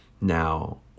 Now